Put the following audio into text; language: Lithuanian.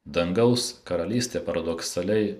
dangaus karalystė paradoksaliai